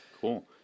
Cool